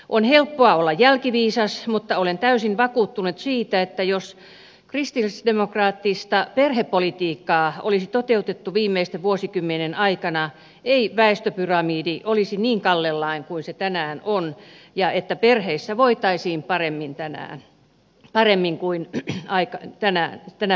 on helppoa olla jälkiviisas mutta olen täysin vakuuttunut siitä että jos kristillisdemokraattista perhepolitiikkaa olisi toteutettu viimeisten vuosikymmenien aikana ei väestöpyramidi olisi niin kallellaan kuin se tänään on ja perheissä voitaisiin paremmin kuin tänä päivänä